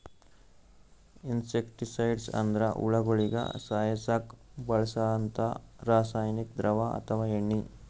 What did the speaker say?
insecticides ಅಂದ್ರ ಹುಳಗೋಳಿಗ ಸಾಯಸಕ್ಕ್ ಬಳ್ಸಂಥಾ ರಾಸಾನಿಕ್ ದ್ರವ ಅಥವಾ ಎಣ್ಣಿ